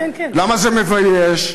למה זה מבייש?